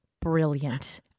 brilliant